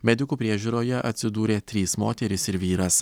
medikų priežiūroje atsidūrė trys moterys ir vyras